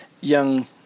young